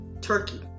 turkey